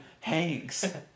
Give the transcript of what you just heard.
Hanks